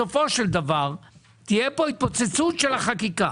בסופו של דבר תהיה פה התפוצצות של החקיקה.